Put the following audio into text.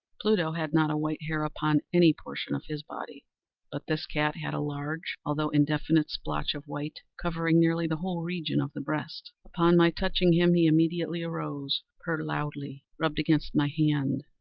pluto had not a white hair upon any portion of his body but this cat had a large, although indefinite splotch of white, covering nearly the whole region of the breast. upon my touching him, he immediately arose, purred loudly, rubbed against my hand,